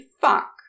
fuck